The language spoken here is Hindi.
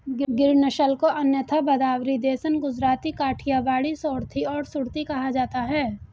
गिर नस्ल को अन्यथा भदावरी, देसन, गुजराती, काठियावाड़ी, सोरथी और सुरती कहा जाता है